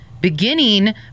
beginning